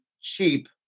cheap